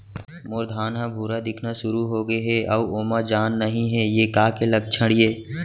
मोर धान ह भूरा दिखना शुरू होगे हे अऊ ओमा जान नही हे ये का के लक्षण ये?